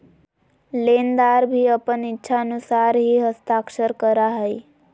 लेनदार भी अपन इच्छानुसार ही हस्ताक्षर करा हइ